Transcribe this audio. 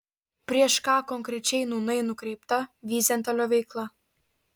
prieš ką konkrečiai nūnai nukreipta vyzentalio veikla